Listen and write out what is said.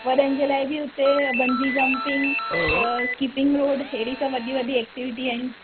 वॾनि जे लाइ बि उते बंजी जंपिंग स्किपिंग रोड अहिड़ी सभु वॾी वॾी एक्टिविटी आहिनि